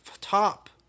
top